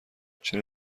چرا